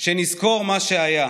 שנזכור מה שהיה,